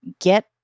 get